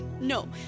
no